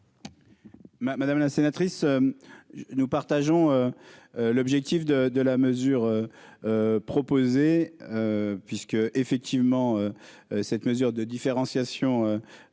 madame la sénatrice, nous partageons l'objectif de de la mesure proposée puisque effectivement cette mesure de différenciation